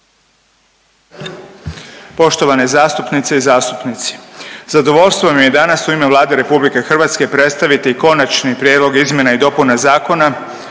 Poštovane zastupnice i zastupnici, zadovoljstvo mi je danas u ime Vlade RH predstaviti konačni prijedlog izmjena i dopuna zakona,